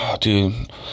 dude